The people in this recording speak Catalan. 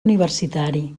universitari